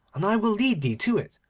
and i will lead thee to it,